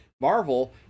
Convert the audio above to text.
Marvel